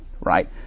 right